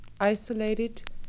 isolated